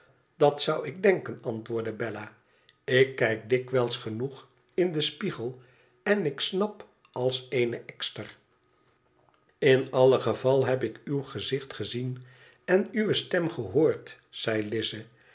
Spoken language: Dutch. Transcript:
eens hoorde datzouik denken antwoordde bella ik kijk dikwijls genoeg in den spiegel en ik snap als eene ekster iq alle geval heb ik uw gezicht gezien en uwe stem gehoord zei